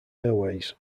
airways